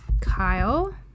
Kyle